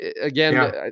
again